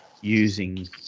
using